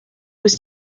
was